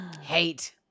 Hate